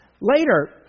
Later